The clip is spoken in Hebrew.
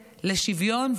לשוויון,